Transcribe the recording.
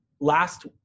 last